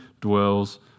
dwells